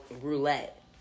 roulette